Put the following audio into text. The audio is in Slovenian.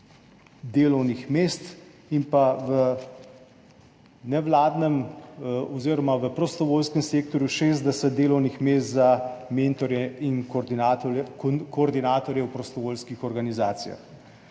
delovnih mest in v nevladnem oziroma v prostovoljskem sektorju 60 delovnih mest za mentorje in koordinatorje v prostovoljskih organizacijah.